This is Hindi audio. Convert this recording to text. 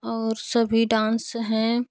और सभी डांस हैं